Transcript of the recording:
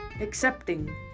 accepting